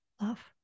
love